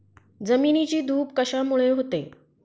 जमिनीची धूप कशामुळे होते?